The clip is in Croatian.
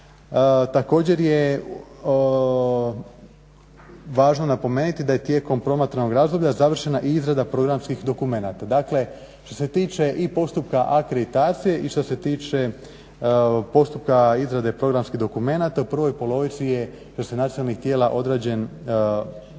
Također je važno napomenuti da je tijekom promatranog razdoblja završena i izrada programskih dokumenata. Dakle što se tiče i postupka akreditacije i što se tiče postupka izrade programskih dokumenata u prvoj polovici je što se nacionalnih tijela odrađen ogroman,